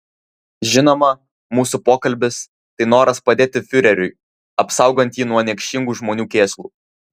žinoma mūsų pokalbis tai noras padėti fiureriui apsaugant jį nuo niekšingų žmonių kėslų